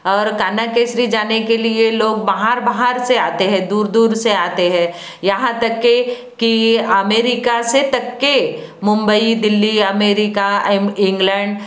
और कान्हा केसरी जाने के लिए लोग बाहर बाहर से आते हैं दूर दूर से आते है यहाँ तक के कि अमेरिका से तक के मुंबई दिल्ली अमेरिका इंग्लैंड